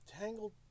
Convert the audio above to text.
Tangled